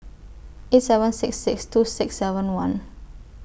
eight seven six six two six seven one